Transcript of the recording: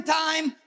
time